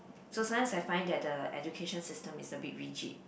so sometimes I find that the education system is a bit rigid